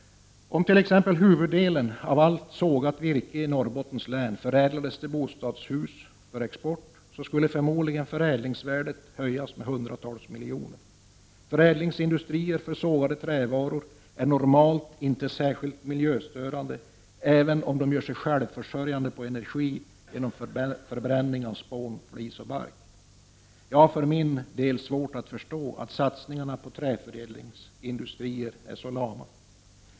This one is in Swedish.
Om t.ex. huvuddelen av allt sågat virke i Norrbottens län förädlades till bostadshus för export, så skulle förädlingsvärdet förmodligen höjas med hundratals miljoner. Förädlingsindustrier för sågade trävaror är normalt inte särskilt miljöstörande även om de gör sig självförsörjande på energi genom förbränning av spån, flis och bark. Jag har för min del svårt att förstå att satsningar på träförädlingsindustrier är så lama.